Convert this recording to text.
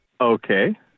Okay